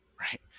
Right